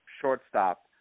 shortstop